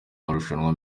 amarushanwa